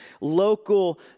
local